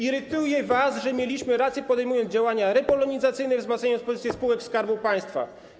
Irytuje was, że mieliśmy rację, podejmując działania repolonizacyjne, wzmacniając pozycję spółek Skarbu Państwa.